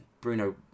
Bruno